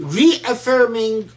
reaffirming